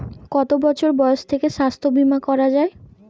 কত বছর বয়স থেকে স্বাস্থ্যবীমা করা য়ায়?